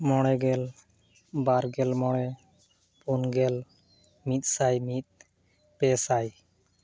ᱢᱚᱬᱮᱜᱮᱞ ᱵᱟᱨᱜᱮᱞ ᱢᱚᱬᱮ ᱯᱩᱱᱜᱮᱞ ᱢᱤᱫᱥᱟᱭ ᱢᱤᱫ ᱯᱮᱥᱟᱭ